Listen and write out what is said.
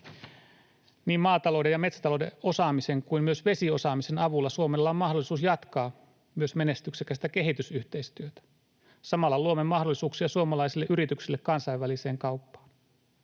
Niin maatalouden ja metsätalouden osaamisen kuin myös vesiosaamisen avulla Suomella on mahdollisuus jatkaa myös menestyksekästä kehitysyhteistyötä. Samalla luomme mahdollisuuksia suomalaisille yrityksille kansainväliseen kauppaan.